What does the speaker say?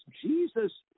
Jesus